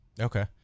Okay